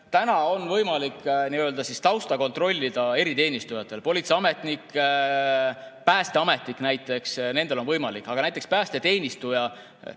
on nii-öelda tausta kontrollida eriteenistujatel: politseiametnikel, päästeametnikel näiteks, nendel on võimalik, aga näiteks päästeteenistujal